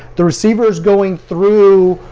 the receiver is going through